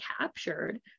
captured